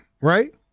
right